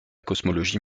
cosmologie